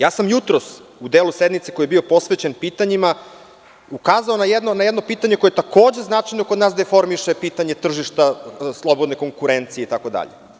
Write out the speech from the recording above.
Jutros sam u delu sednice koji je bio posvećen pitanjima ukazao na jedno pitanje koje se takođe značajno kod nas gde deformiše pitanje tržišta slobodne konkurencije itd.